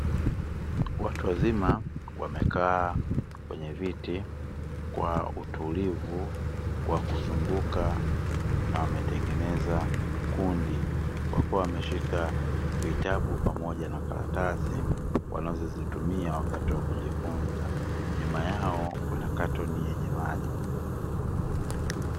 Watu wazima wamekaa kwenye viti kwa utulivu wa kuzunguka na wametengeneza kundi wakiwa wameshika vitabu pamoja na makaratasi wanazozitumia wakati wakujifunza. Nyuma yao kuna katoni yenye maji.